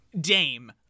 Dame